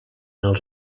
els